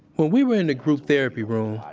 when we were in the group therapy room,